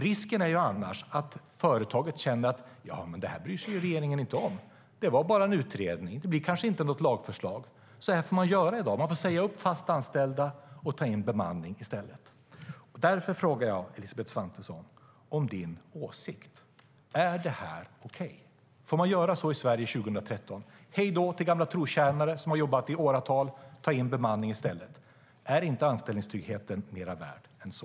Risken är annars att företaget tänker: Det här bryr sig ju regeringen inte om. Det var bara en utredning; det blir kanske inte något lagförslag. Så här får man göra i dag - man får säga upp fast anställda och ta in bemanning i stället. Därför frågar jag dig, Elisabeth Svantesson, om din åsikt. Är det här okej? Får man göra så här i Sverige 2013? Får man säga hej då till gamla trotjänare som har jobbat i åratal och ta in bemanning i stället? Är inte anställningstryggheten mer värd än så?